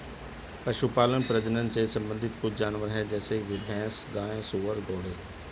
पशुपालन प्रजनन से संबंधित कुछ जानवर है जैसे भैंस, गाय, सुअर, घोड़े